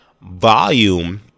Volume